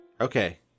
Okay